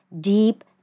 deep